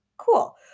cool